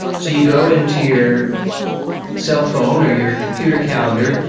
so you go into your cellphone or your computer calendar,